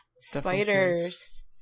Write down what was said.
Spiders